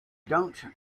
don’t